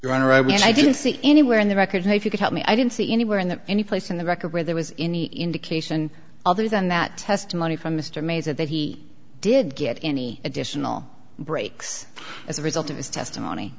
and i didn't see anywhere in the record if you could help me i didn't see anywhere in the anyplace in the record where there was any indication other than that testimony from mr mays of that he did get any additional breaks as a result of his testimony